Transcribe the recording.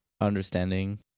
understanding